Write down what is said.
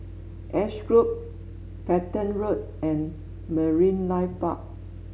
Ash Grove Petain Road and Marine Life Park